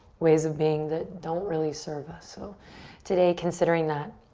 ways of being that don't really serve us? so today considering that.